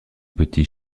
petit